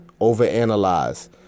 overanalyze